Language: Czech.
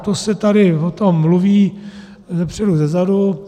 To se tady o tom mluví zepředu, zezadu.